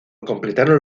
completaron